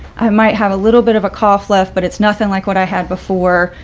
i might have a little bit of a cough left, but it's nothing like what i had before,